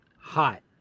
hot